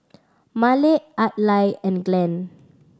Malik Adlai and Glenn